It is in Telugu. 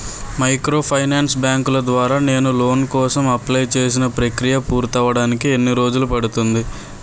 మైక్రోఫైనాన్స్ బ్యాంకుల ద్వారా నేను లోన్ కోసం అప్లయ్ చేసిన ప్రక్రియ పూర్తవడానికి ఎన్ని రోజులు పడుతుంది?